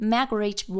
Margaret